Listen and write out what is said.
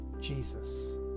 Jesus